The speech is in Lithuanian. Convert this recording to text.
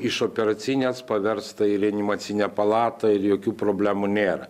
iš operacinės paversta į reanimacinę palatą ir jokių problemų nėra